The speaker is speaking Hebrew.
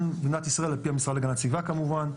במדינת ישראל על פי המשרד להגנת הסביבה כמובן,